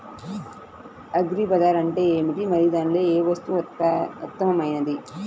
Agri Bazaar అంటే ఏమిటి మరియు దానిలో ఏ వస్తువు ఉత్తమమైనది?